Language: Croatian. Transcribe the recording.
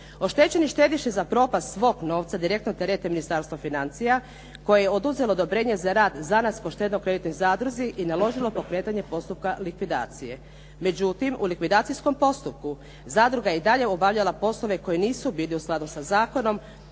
Oštećeni štediše za propast svog novca direktno terete Ministarstvo financija koje je oduzelo odobrenje za rad zanatsko štedno-kreditnoj zadruzi i naložilo pokretanje postupka likvidacije. Međutim, u likvidacijskom postupku zadruga je i dalje obavljala poslove koji nisu bili u skladu sa zakonom,